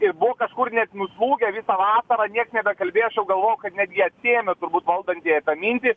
ir buvo kažkur net nuslūgę visą vasarą nieks nebekalbėjo aš jau galvojau kad netgi atsiėmė turbūt valdantieji tą mintį